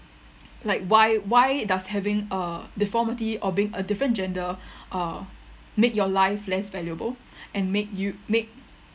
like why why does having a deformity or being a different gender uh make your life less valuable and make you make